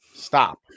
Stop